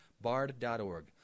bard.org